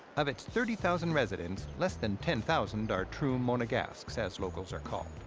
of its thirty thousand residents, less than ten thousand are true monegasques, as locals are called.